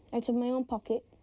out of my own pocket,